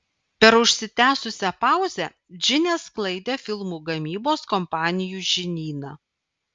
per užsitęsusią pauzę džinė sklaidė filmų gamybos kompanijų žinyną